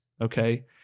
Okay